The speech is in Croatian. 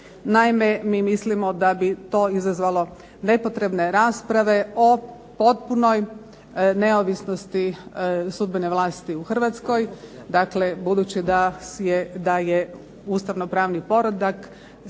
Naime mi mislimo da bi to izazvalo nepotrebne rasprave o potpunoj neovisnosti sudbene vlasti u Hrvatskoj. Dakle budući da je ustavnopravni poredak